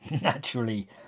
naturally